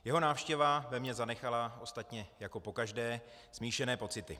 Jeho návštěva ve mně zanechala, ostatně jako pokaždé, smíšené pocity.